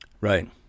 Right